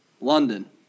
London